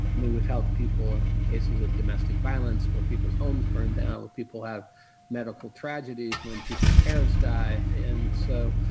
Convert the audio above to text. i mean, we've helped people cases of domestic violence where people's homes burned down, when people have medical tragedies, when people's parents die. and so,